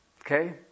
Okay